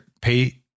pay